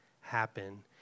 happen